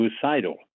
suicidal